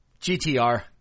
GTR